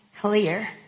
clear